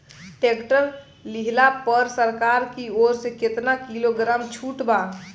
Tractor लिहला पर सरकार की ओर से केतना किलोग्राम छूट बा?